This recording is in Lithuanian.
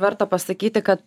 verta pasakyti kad